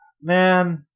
Man